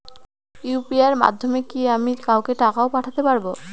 UPI এর মাধ্যমে কি আমি কাউকে টাকা ও পাঠাতে পারবো?